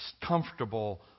comfortable